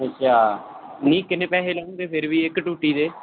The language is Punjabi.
ਅੱਛਾ ਨਹੀਂ ਕਿੰਨੇ ਪੈਸੇ ਲਓਂਗੇ ਫਿਰ ਵੀ ਇੱਕ ਟੂਟੀ ਦੇ